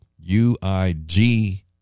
u-i-g